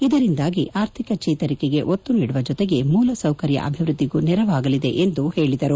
ಇದರಿಂದಾಗಿ ಅರ್ಥಿಕ ಚೇತರಿಕೆಗೆ ಒತ್ತು ನೀಡುವ ಜೊತೆಗೆ ಮೂಲಸೌಕರ್ತ ಅಭಿವ್ಯದ್ದಿಗೂ ನೆರವಾಗಲಿದೆ ಎಂದು ಹೇಳಿದರು